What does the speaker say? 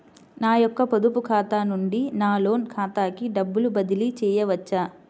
నా యొక్క పొదుపు ఖాతా నుండి నా లోన్ ఖాతాకి డబ్బులు బదిలీ చేయవచ్చా?